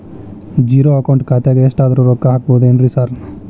Zero account ಖಾತ್ಯಾಗ ಎಷ್ಟಾದ್ರೂ ರೊಕ್ಕ ಹಾಕ್ಬೋದೇನ್ರಿ ಸಾರ್?